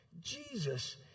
Jesus